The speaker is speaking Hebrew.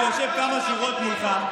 שיושב כמה שורות ממך.